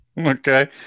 Okay